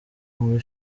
muri